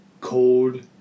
cold